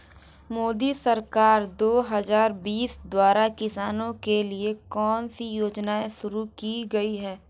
मोदी सरकार दो हज़ार बीस द्वारा किसानों के लिए कौन सी योजनाएं शुरू की गई हैं?